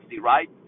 right